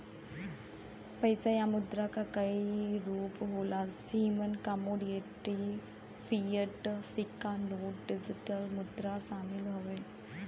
पइसा या मुद्रा क कई रूप होला जेमन कमोडिटी, फ़िएट, सिक्का नोट, डिजिटल मुद्रा शामिल हउवे